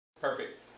perfect